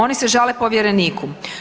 Oni se žale povjereniku.